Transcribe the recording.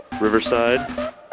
Riverside